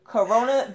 Corona